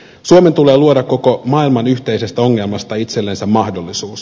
suomen tulee luoda koko maailman yhteisestä ongelmasta itsellensä mahdollisuus